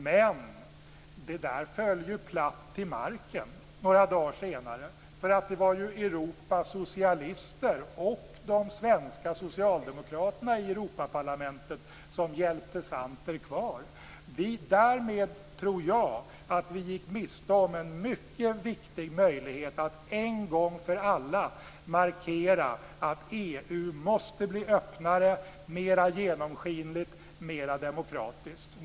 Men det där föll ju platt till marken några dagar senare, för det var ju Europas socialister, och de svenska socialdemokraterna i Europaparlamentet, som hjälpte Santer att vara kvar. Därmed tror jag att vi gick miste om en mycket viktig möjlighet att en gång för alla markera att EU måste bli öppnare, mer genomskinligt, mer demokratiskt.